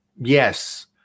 yes